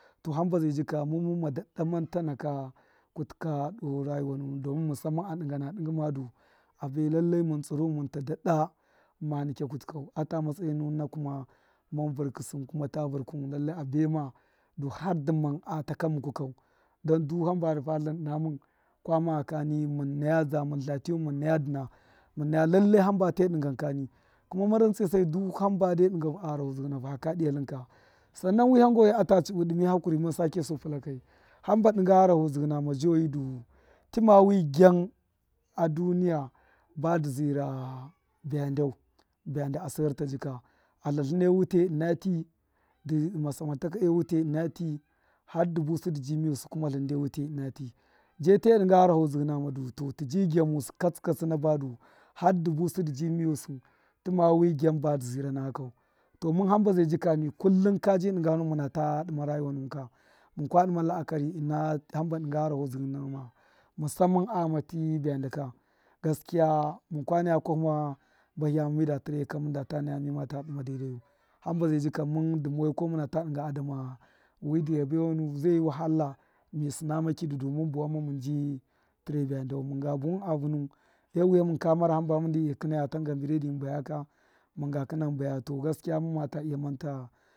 To hamba zai jika muma dada manta nikya kutu ka doo rayuwa nunu domun misamma a dṫngana dṫngṫ madu abai lallai mun ta dada ma nikay kutu kau, ata matsaji nuwun na vṫrkṫ sṫn kuma tṫ dṫ vṫrkuwun lallai abai ma har dṫ man a taka muku kau don du hamba dṫ fara tlṫn ṫna mun munt la tiyuwun mun naya duna, mun naya kume lallai hamba tiyu dṫnga kani, kuma mun rantsa sai do hamba de dṫnga hu a gharahozdṫhṫ nahu haka dṫya tlṫn ka, sannan wihan goyi ata chṫbṫ dṫmi hakuri mun sake su pṫlakai, hamba dṫnga gharahozdṫhṫ nama du lṫma wig yam a duniya ba dṫ zṫra byandau byanda a surta jika a tlatlṫne wutai ṫna ti dṫ dṫ dṫma bazhṫntṫ ṫna ti har dṫ busṫ dṫ bi miyusṫ tṫma wṫ gyam ba dṫ zira nakakau, to mun hamba dṫ zai jika kullum ka dṫnga nu nuna tu dṫma ruyuwa nuwun ka, mun kwa dṫma la’akari ṫna hṫmba dṫ dṫnga a gharahozdṫhṫ nama ka musammen a ghame byanda kuni, gakiya mun kwa naya kwahṫma bahi mida tṫre ya ka mun da ta naya mima ta dṫma dadeyu, hamba zai jika mun dumawai muna ta dṫnga adama wi dṫ yabe wanu zaiyi wahala du har na sṫnama kṫdṫ du mun bawan ma mun bi tṫre byandau mun ga buwun a vṫnuwun e wṫya mun ka muna hamba mun de kinaya biredṫ mun bayaya ka mun ga kṫnaya mun ga kṫnaya to gaskiya mumma ta iya manta.